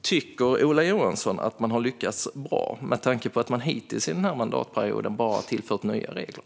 Tycker Ola Johansson att man har lyckats bra, med tanke på att man hittills under denna mandatperiod bara har tillfört nya regler?